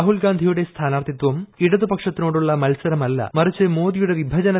രാഹുൽ ഗാന്ധിയുടെ സ്ഥാനാർത്ഥിത്വും ഇടതുപക്ഷത്തിനോടുള്ള മത്സരമല്ല മറിച്ച് മോദിയുടെ പ്പിട്ട്ജ്ന്